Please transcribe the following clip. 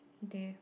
there